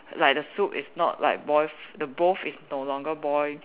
like the soup is not like boiled the broth is no longer boiled